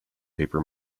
paper